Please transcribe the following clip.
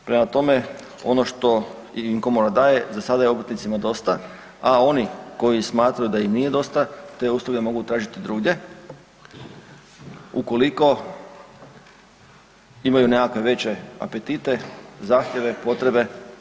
Prema tome, ono što im komora daje za sada je obrtnicima dosta, a oni koji smatraju da im nije dosta te usluge mogu tražiti drugdje, ukoliko imaju neke veće apetite, zahtjeve, potrebe.